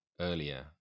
earlier